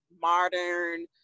modern